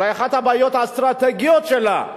אולי אחת הבעיות האסטרטגיות שלה,